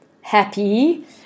happy